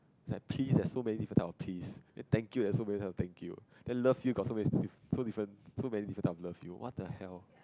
it's like please there's so many different type of please thank you there's so many different type of thank you then love you got so many so different so many different type of love you what the hell